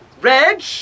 Reg